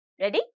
Ready